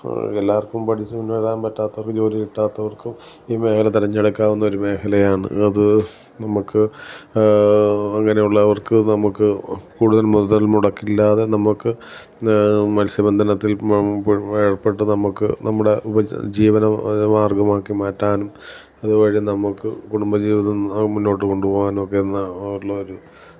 എല്ലാവർക്കും പഠിച്ചുകൊണ്ട് എഴുതാൻ പറ്റാത്ത ജോലി കിട്ടാത്തവർക്കും ഈ മേഖല തിരഞ്ഞെടുക്കാവുന്ന ഒരു മേഖലയാണ് അത് നമുക്ക് അങ്ങനെയുള്ളവർക്ക് നമുക്ക് കൂടുതൽ മുതൽമുടക്കില്ലാതെ നമുക്ക് മൽസ്യബന്ധനത്തിൽ ഏർപ്പെട്ട നമുക്ക് നമ്മുടെ ഉപജീവനമാർഗ്ഗമാക്കി മാറ്റാൻ അതുവഴി നമുക്ക് കുടുംബജീവിതം മുന്നോട്ട് കൊണ്ടുപോകാനൊക്കെ എന്ന ഉള്ളൊരു